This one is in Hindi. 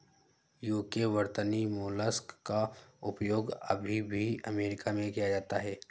यूके वर्तनी मोलस्क का उपयोग अभी भी अमेरिका में किया जाता है